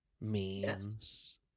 Memes